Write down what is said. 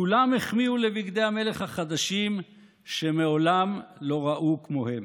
כולם החמיאו לבגדי המלך החדשים שמעולם לא ראו כמוהם.